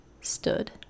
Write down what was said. stood